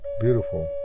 beautiful